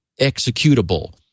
executable